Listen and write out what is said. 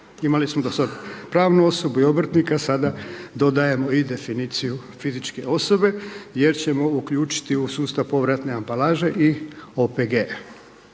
Imali smo do sada pravnu osobu i obrtnika, sada dodajemo i definiciju fizičke osobe jer ćemo uključiti u sustav povratne ambalaže i OPG.